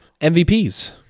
MVPs